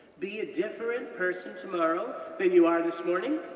be a different person tomorrow than you are this morning,